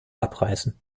abreißen